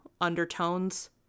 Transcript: undertones